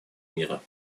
мира